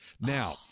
Now